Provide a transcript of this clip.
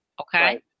Okay